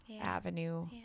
avenue